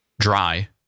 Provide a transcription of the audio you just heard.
dry